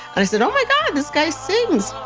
and i said, oh, my god, this guy sings